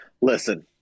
Listen